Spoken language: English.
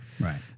right